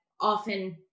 often